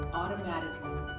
automatically